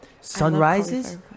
Sunrises